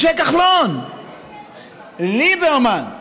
משה כחלון, ליברמן,